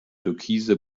türkise